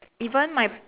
even my